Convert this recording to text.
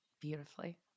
beautifully